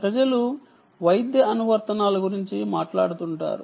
ప్రజలు వైద్య అనువర్తనాల గురించి మాట్లాడుతుంటారు